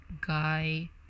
guy